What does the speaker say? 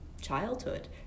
childhood